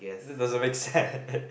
that doesn't make sense